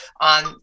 on